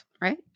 right